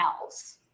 else